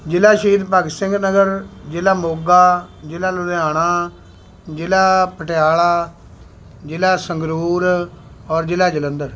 ਜ਼ਿਲ੍ਹਾ ਸ਼ਹੀਦ ਭਗਤ ਸਿੰਘ ਨਗਰ ਜ਼ਿਲ੍ਹਾ ਮੋਗਾ ਜ਼ਿਲ੍ਹਾ ਲੁਧਿਆਣਾ ਜ਼ਿਲ੍ਹਾ ਪਟਿਆਲਾ ਜ਼ਿਲ੍ਹਾ ਸੰਗਰੂਰ ਔਰ ਜ਼ਿਲ੍ਹਾ ਜਲੰਧਰ